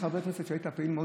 כחבר כנסת שהיית פעיל מאוד,